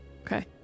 Okay